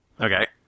Okay